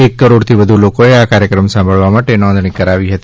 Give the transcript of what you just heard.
એક કરોડથી વધુ લોકોએ આ કાર્યક્રમ સાંભળવા માટે નોંધણી કરાવી હતી